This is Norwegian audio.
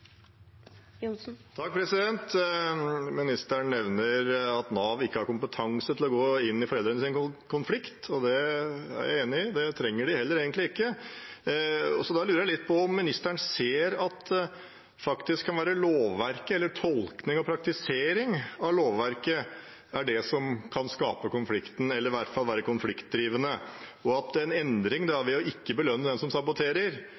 i, og det trenger de heller egentlig ikke. Da lurer jeg litt på om ministeren ser at det faktisk kan være lovverket, eller tolkning og praktisering av lovverket, som er det som kan skape konflikten eller i hvert fall være konfliktdrivende, og at en endring ved ikke å belønne den som